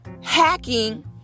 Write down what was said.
hacking